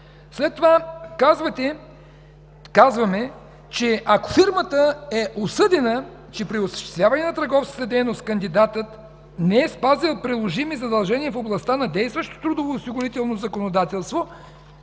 След това казваме, ако примерно фирмата е осъдена, че при осъществяване на търговската дейност кандидатът не е спазил приложими задължения в областта на действащото трудово-осигурително законодателство,